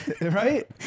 Right